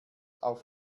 auf